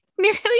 nearly